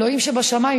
אלוהים שבשמיים,